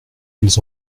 ils